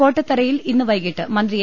കോട്ടത്തറയിൽ ഇന്ന് വൈകീട്ട് മന്ത്രി എ